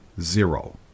Zero